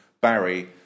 Barry